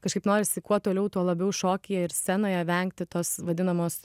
kažkaip norisi kuo toliau tuo labiau šokyje ir scenoje vengti tos vadinamos